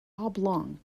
oblong